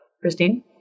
Christine